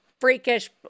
freakish